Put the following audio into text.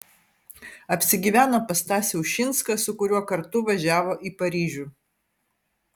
apsigyveno pas stasį ušinską su kuriuo kartu važiavo į paryžių